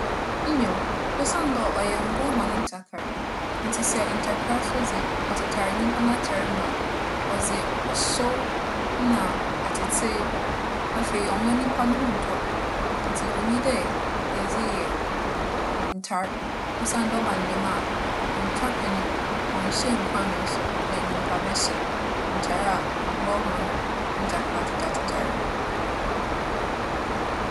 Nyew, osiandɛ ͻyɛ mbowa hͻn ntakra. Ntsi sɛ ntakra so dze, ͻtetar nyimpa n'atar mu a, ͻdze ͻhyew nna atsetsee. Afei, ͻmma nyimpa noho nntͻ no ntsi onnyi dɛ yɛdze yɛ n - ntar osiandɛ ͻba no dɛm a, onntwa kwan mu, na ͻnnhyɛ nkuran so dɛ nyimpa bɛhyɛ ntar a mbowa hͻn ntakra tetar tetar mu.